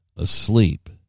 Asleep